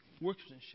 workmanship